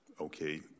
okay